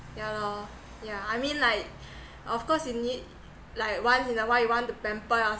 ya lor yeah I mean like of course you need like once in a while you want to pamper